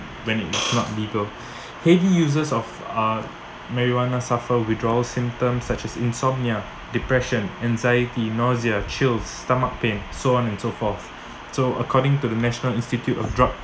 when it's not legal heavy users of uh marijuana suffer withdrawal symptoms such as insomnia depression anxiety nausea chills stomach pain so on and so forth so according to the national institute of drug